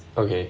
okay